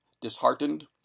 disheartened